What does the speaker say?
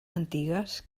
antigues